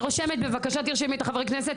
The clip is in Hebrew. בבקשה תרשמי את חברי הכנסת,